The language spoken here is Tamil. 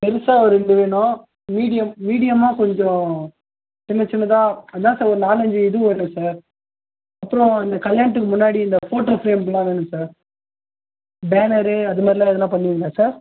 பெருசாக ஒரு ரெண்டு வேணும் மீடியம் மீடியமாக கொஞ்சம் சின்ன சின்னதாக அதான் சார் ஒரு நாலு அஞ்சு இது வேணும் சார் அப்புறம் இந்த கல்யாணத்துக்கு முன்னாடி இந்த ஃபோட்டோ ஃப்ரேம்க்கெல்லாம் வேணும் சார் பேனரு அது மாதிரிலாம் எதுனா பண்ணுவிங்களா சார்